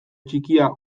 txikia